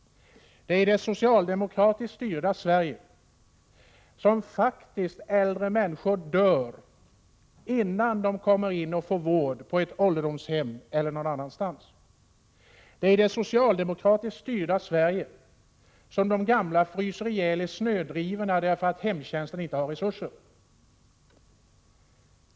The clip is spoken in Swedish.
Det är i det socialdemokratiskt styrda Sverige som faktiskt äldre människor dör innan de kan komma in och få vård på ett ålderdomshem eller någon annanstans. Det är i det socialdemokratiskt styrda Sverige som de gamla fryser ihjäl i snödrivorna därför att hemtjänsten inte har resurser.